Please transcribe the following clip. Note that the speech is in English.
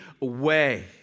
away